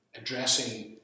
addressing